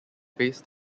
based